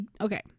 okay